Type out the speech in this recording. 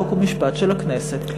חוק ומשפט של הכנסת.